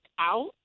out